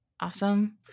Awesome